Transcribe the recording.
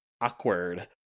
awkward